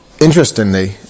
interestingly